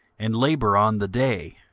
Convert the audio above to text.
and labour on the day.